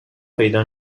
پیدا